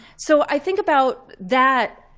so i think about that,